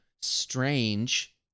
Strange